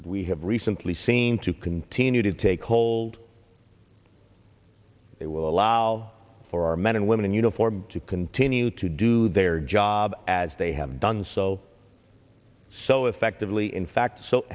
that we have recently seen to continue to take hold they will allow for our men and women in uniform to continue to do their job as they have done so so effectively in fact so